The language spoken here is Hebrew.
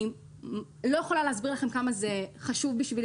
אני לא יכולה להסביר לכם כמה זה חשוב בשבילי